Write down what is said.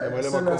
היושב-ראש.